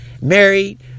married